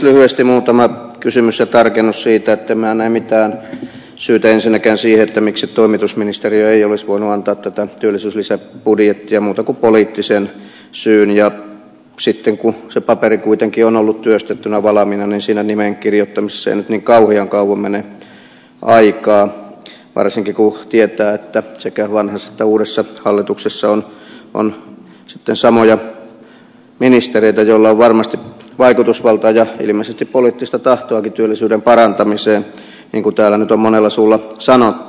lyhyesti muutama kysymys ja tarkennus siitä etten näe mitään syytä ensinnäkään siihen miksi toimitusministeriö ei olisi voinut antaa tätä työllisyyslisäbudjettia muuta kuin poliittisen syyn ja sitten kun se paperi kuitenkin on ollut työstettynä valmiina niin siinä nimen kirjoittamisessa ei nyt niin kauhean kauan mene aikaa varsinkin kun tietää että sekä vanhassa että uudessa hallituksessa on sitten samoja ministereitä joilla on varmasti vaikutusvaltaa ja ilmeisesti poliittista tahtoakin työllisyyden parantamiseen niin kuin täällä nyt on monella suulla sanottu